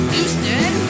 Houston